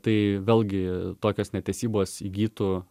tai vėlgi tokios netesybos įgytų